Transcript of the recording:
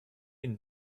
une